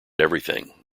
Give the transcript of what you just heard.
everything